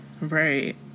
Right